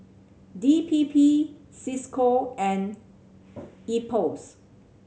D P P Cisco and IPOS